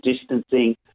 distancing